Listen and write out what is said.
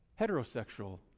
heterosexual